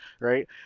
right